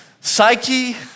psyche